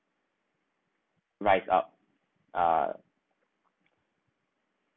rise up uh